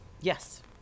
yes